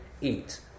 eat